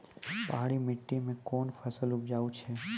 पहाड़ी मिट्टी मैं कौन फसल उपजाऊ छ?